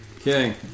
Okay